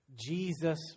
Jesus